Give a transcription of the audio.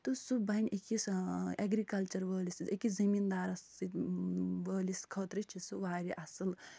تہٕ سُہ بنہِ أکِس اٮ۪گریٖکلچر وٲلہِ سٕنٛز اَکِس زٔمیٖن دارس سۭتۍ وٲلِس خٲطرٕ چھِ سُہ وارِیاہ اَصٕل